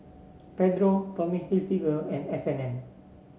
Pedro Tommy Hilfiger and F and N